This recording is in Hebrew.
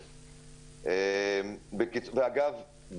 יו"ר עמותת נגישות ישראל ואחרי